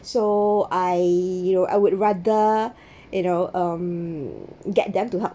so I you know I would rather you know um get them to help